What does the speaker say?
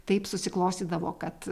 taip susiklostydavo kad